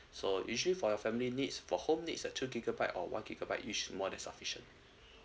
so usually for your family needs for home needs a two gigabyte or one gigabyte used more than sufficient